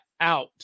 out